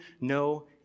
no